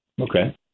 Okay